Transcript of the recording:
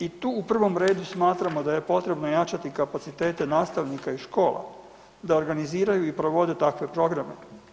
I tu u prvom redu smatramo da je potrebno jačati kapacitete nastavnika i škola, da organiziraju i provode takve programe.